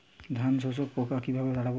ধানে শোষক পোকা কিভাবে তাড়াব?